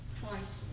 Twice